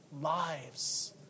lives